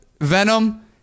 venom